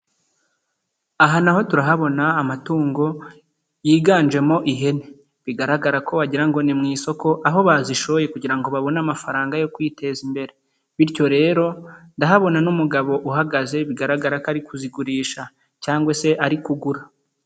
Aha na ho turahabona amatungo yiganjemo ihene, bigaragara ko wagira ngo ni mu isoko aho bazishoboye kugira ngo babone amafaranga yo kwiteza imbere, bityo rero ndahabona n'umugabo uhagaze bigaragara ko ari kuzigurisha cyangwa se ari kugura.